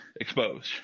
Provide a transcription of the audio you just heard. exposed